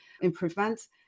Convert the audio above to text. improvements